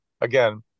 again